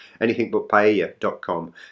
anythingbutpaella.com